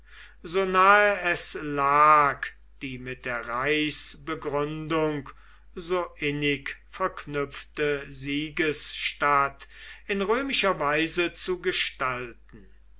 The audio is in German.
so nahe es lag die mit der reichsbegründung so innig verknüpfte siegesstadt in römischer weise zu gestalten